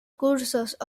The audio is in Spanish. cursos